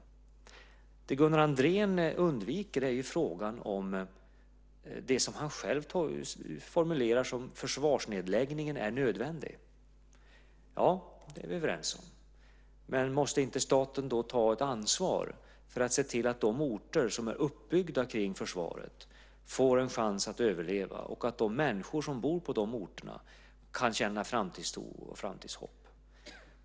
Det som Gunnar Andrén undviker är frågan, som han själv formulerar det, om att försvarsnedläggningen är nödvändig. Ja, det är vi överens om, men måste inte staten då ta ett ansvar för att se till att de orter som är uppbyggda kring försvaret får en chans att överleva och att de människor som bor på de orterna kan känna framtidstro och framtidshopp?